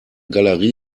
galerie